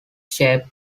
shaped